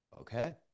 okay